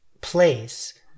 place